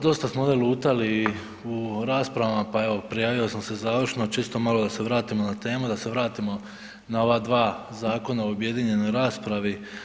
Dosta smo ovdje lutali u raspravama, pa evo prijavio sam se završno, čisto malo da se vratimo na temu, da se vratimo na ova dva zakona o objedinjenoj raspravi.